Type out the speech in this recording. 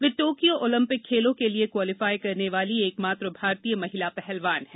वह टोक्यो खेलों के लिए क्वालीफाई करने वाली एकमात्र भारतीय महिला पहलवान हैं